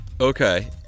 Okay